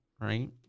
right